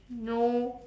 no